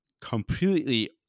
completely